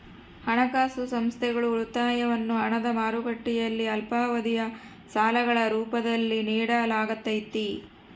ಹಣಕಾಸು ಸಂಸ್ಥೆಗಳು ಉಳಿತಾಯವನ್ನು ಹಣದ ಮಾರುಕಟ್ಟೆಯಲ್ಲಿ ಅಲ್ಪಾವಧಿಯ ಸಾಲಗಳ ರೂಪದಲ್ಲಿ ನಿಡಲಾಗತೈತಿ